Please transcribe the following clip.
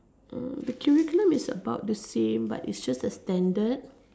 uh the curriculum is about the same but it's just a standard